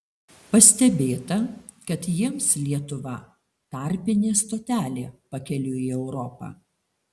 pastebėta kad jiems lietuva tarpinė stotelė pakeliui į europą